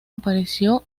apareció